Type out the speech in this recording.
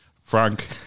Frank